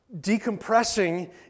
decompressing